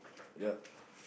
ya